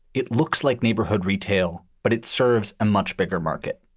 it looks like neighborhood retail, but it serves a much bigger market.